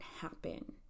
happen